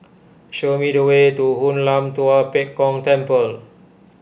show me the way to Hoon Lam Tua Pek Kong Temple